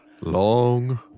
long